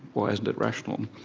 why isn't it rational.